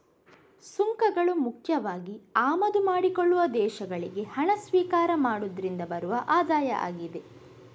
ಸುಂಕಗಳು ಮುಖ್ಯವಾಗಿ ಆಮದು ಮಾಡಿಕೊಳ್ಳುವ ದೇಶಗಳಿಗೆ ಹಣ ಸ್ವೀಕಾರ ಮಾಡುದ್ರಿಂದ ಬರುವ ಆದಾಯ ಆಗಿದೆ